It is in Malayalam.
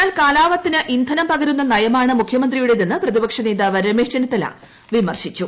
എന്നാൽ കലാപത്തിന് ഇന്ധം പകരുന്നനയമാണ് മുഖ്യമന്ത്രിയുടേതെന്ന് പ്രതിപക്ഷ നേതാവ് രമേശ് ചെന്നിത്തല വിമർശിച്ചു